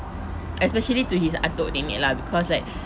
especially to his atuk nenek lah because like